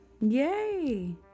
Yay